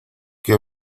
que